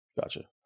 Gotcha